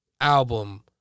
album